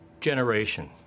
generation